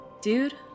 Dude